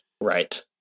right